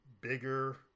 bigger